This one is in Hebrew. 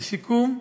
לסיכום,